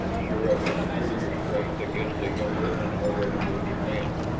sure of his superior strength against a younger and already wounded man.